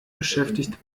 beschäftigt